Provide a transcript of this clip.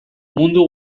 mundu